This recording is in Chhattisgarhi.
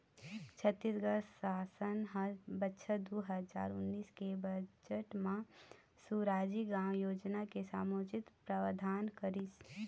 छत्तीसगढ़ सासन ह बछर दू हजार उन्नीस के बजट म सुराजी गाँव योजना के समुचित प्रावधान करिस